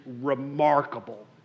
remarkable